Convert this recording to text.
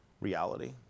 reality